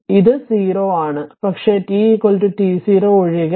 അതിനാൽ ഇത് 0 ആണ് പക്ഷേ t t0 ഒഴികെ